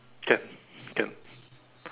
can can